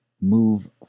move